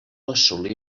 assolí